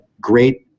great